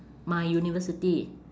my university